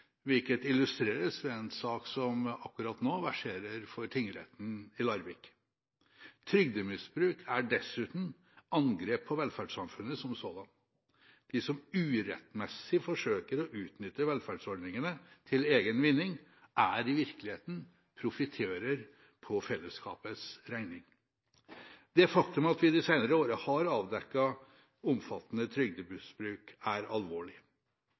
hvilket illustreres ved en sak som akkurat nå verserer for tingretten i Larvik. Trygdemisbruk er dessuten angrep på velferdssamfunnet som sådan. De som urettmessig forsøker å utnytte velferdsordningene til egen vinning, er i virkeligheten profitører på fellesskapets regning. Det faktum at vi de senere årene har avdekket omfattende trygdemisbruk, er alvorlig.